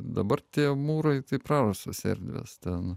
dabar tie mūrai tai prarastos erdvės ten